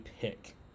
pick